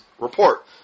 report